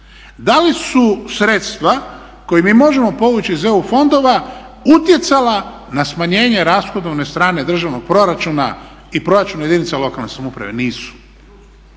Da li su sredstva koja mi možemo povući iz EU fondova utjecala na smanjenje rashodovne strane državnog proračuna i proračuna jedinica lokalne samouprave? Nisu.